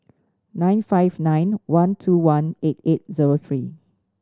nine five nine one two one eight eight zero three